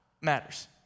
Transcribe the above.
matters